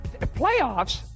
playoffs